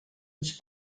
uns